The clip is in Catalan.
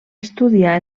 estudiar